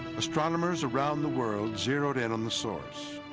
astronomers around the world zeroed in on the source.